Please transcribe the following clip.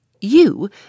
You